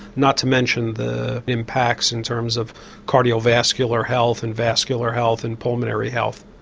not to mention the impacts in terms of cardio vascular health and vascular health and pulmonary health.